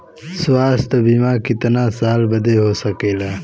स्वास्थ्य बीमा कितना साल बदे हो सकेला?